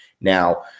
Now